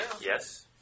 Yes